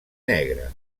negre